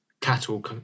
cattle